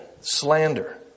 slander